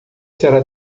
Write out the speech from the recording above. será